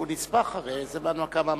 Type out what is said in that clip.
איזה הנמקה מהמקום?